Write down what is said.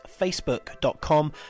facebook.com